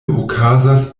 okazas